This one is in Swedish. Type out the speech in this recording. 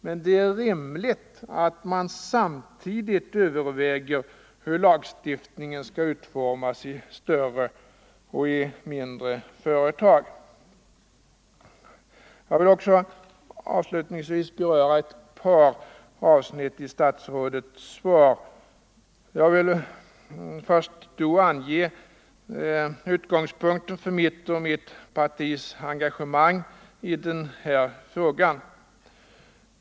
Men det är rimligt att man samtidigt överväger hur lagstiftningen skall utformas för större och för mindre företag. Jag vill avslutningsvis beröra ett par avsnitt i statsrådet Lidboms svar och då först ange utgångspunkten för mitt och mitt partis engagemang i den här frågan.